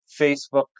Facebook